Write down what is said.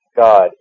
God